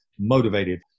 motivated